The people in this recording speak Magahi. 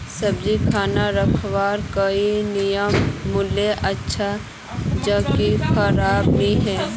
सब्जी खान रखवार कोई नियम मालूम अच्छा ज की खराब नि होय?